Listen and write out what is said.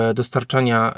dostarczania